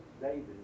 David